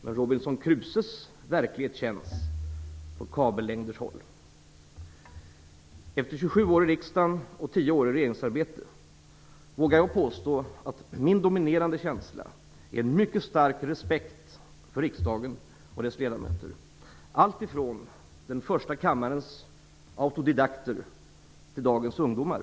Men Robinson Crusoes verklighet känns Efter 27 år i riksdagen och 10 år i regeringsarbete vågar jag påstå att min dominerande känsla är en mycket stark respekt för riksdagen och dess ledamöter, alltifrån den första kammarens autodidakter till dagens ungdomar.